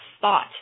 thought